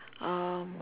um